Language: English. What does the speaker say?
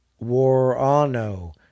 warano